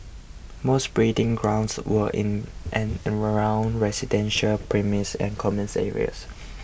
most breeding grounds were in and around residential premises and common areas